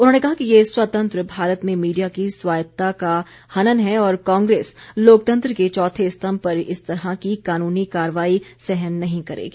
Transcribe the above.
उन्होंने कहा कि ये स्वतंत्र भारत में मीडिया की स्वायत्ता का हनन है और कांग्रेस लोकतंत्र के चौथे स्तम्भ पर इस तरह की कानूनी कार्रवाई सहन नहीं करेगी